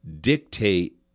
dictate